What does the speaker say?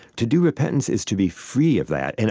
to do repentance is to be free of that. and